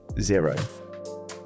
zero